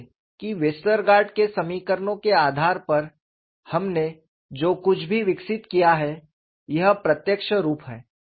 देखें कि वेस्टरगार्ड के समीकरणों के आधार पर हमने जो कुछ भी विकसित किया है यह प्रत्यक्ष रूप है